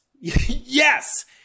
yes